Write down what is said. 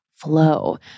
Flow